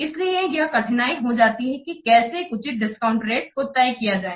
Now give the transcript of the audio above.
इसलिए यह कठिनाई हो जाती है कि कैसे एक उचित डिस्काउंट रेटको तय किया जाए